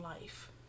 life